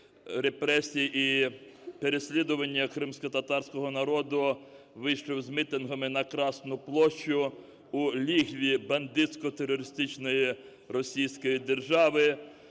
репресій і переслідування кримськотатарського народу, вийшов з мітингами на Красну площуу лігві бандитсько-терористичної російської держави.